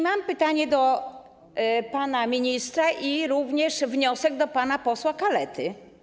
Mam pytanie do pana ministra, jak również wniosek do pana posła Kalety.